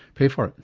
pay for it.